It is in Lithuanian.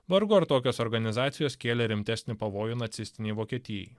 vargu ar tokios organizacijos kėlė rimtesnį pavojų nacistinei vokietijai